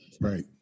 Right